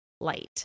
light